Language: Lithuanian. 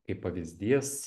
kaip pavyzdys